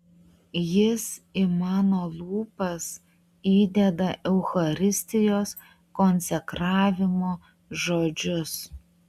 jis į mano lūpas įdeda eucharistijos konsekravimo žodžius